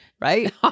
right